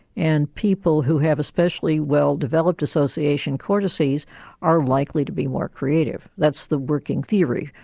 and people who have especially well developed association cortices are likely to be more creative. that's the working theory,